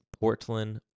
Portland